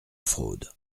fraude